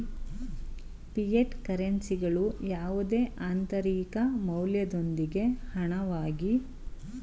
fiat ಕರೆನ್ಸಿಗಳು ಯಾವುದೇ ಆಂತರಿಕ ಮೌಲ್ಯದೊಂದಿಗೆ ಹಣವಾಗಿ ಕಾರ್ಯನಿರ್ವಹಿಸುತ್ತೆ